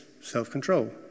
self-control